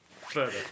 Further